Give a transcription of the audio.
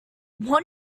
what